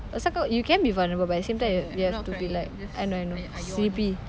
asal kau you can be vulnerable but at the same time you have you have to be like I know I know sleepy